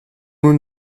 nun